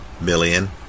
million